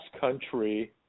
country